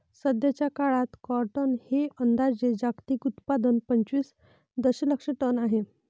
सध्याचा काळात कॉटन हे अंदाजे जागतिक उत्पादन पंचवीस दशलक्ष टन आहे